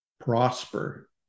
Prosper